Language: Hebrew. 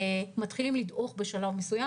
הם מתחילים לדעוך בשלב מסוים.